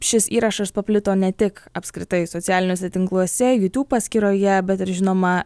šis įrašas paplito ne tik apskritai socialiniuose tinkluose jutub paskyroje bet ir žinoma